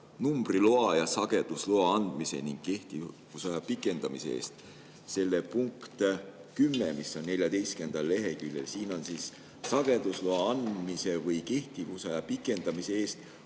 numbriloa ja sagedusloa andmise ning kehtivusaja pikendamise eest" punktis 10, mis on 14. leheküljel, on kirjas: "Sagedusloa andmise või kehtivusaja pikendamise eest